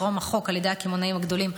טרם החוק,